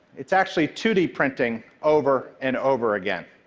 it's actually two d printing over and over again,